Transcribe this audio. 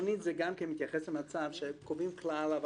עקרונית זה גם מתייחס למצב שקובעים כלל אבל